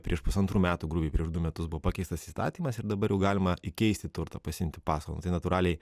prieš pusantrų metų grubiai prieš du metus buvo pakeistas įstatymas ir dabar galima įkeisti turtą pasiimti paskolą tai natūraliai